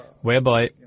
whereby